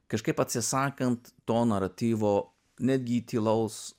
kažkaip atsisakant to naratyvo netgi tylaus